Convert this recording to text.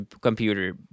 computer